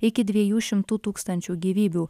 iki dviejų šimtų tūkstančių gyvybių